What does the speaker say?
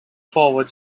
forward